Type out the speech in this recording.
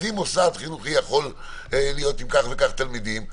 אם מוסד חינוכי יכול להיות עם כך וכך תלמידים,